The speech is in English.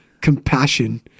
compassion